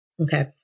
Okay